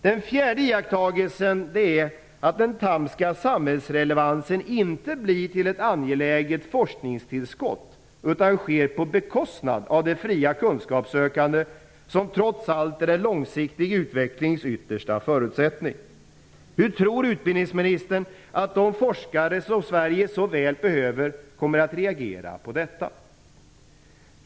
Den fjärde iakttagelsen är att den thamska samhällsrelevansen inte blir till ett angeläget forskningstillskott, utan att den sker på bekostnad av det fria kunskapssökande som trots allt är en långsiktig utvecklings yttersta förutsättning. Hur tror utbildningsministern att de forskare som Sverige så väl behöver kommer att reagera på detta?